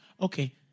Okay